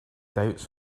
doubts